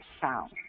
sound